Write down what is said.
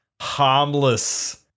harmless